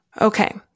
Okay